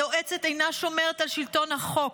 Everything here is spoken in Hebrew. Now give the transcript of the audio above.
היועצת אינה שומרת על שלטון החוק,